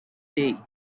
tea